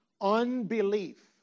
Unbelief